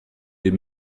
des